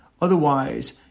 Otherwise